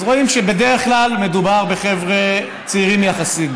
אז רואים שבדרך כלל מדובר בחבר'ה צעירים יחסית,